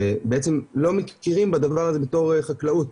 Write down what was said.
שבעצם לא מכירים בדבר הזה בתור חקלאות.